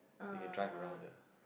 you can drive around there